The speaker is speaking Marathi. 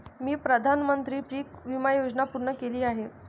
मी प्रधानमंत्री पीक विमा योजना पूर्ण केली आहे